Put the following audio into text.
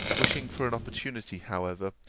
wishing for an opportunity, however,